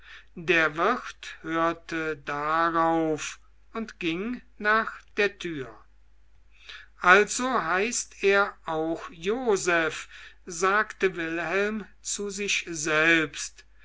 der wirt hörte darauf und ging nach der tür also heißt er auch joseph sagte wilhelm zu sich selbst